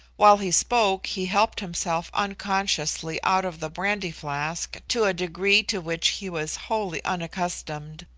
while he spoke, he helped himself unconsciously out of the brandy-flask to a degree to which he was wholly unaccustomed,